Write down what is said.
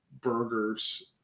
burgers